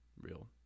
real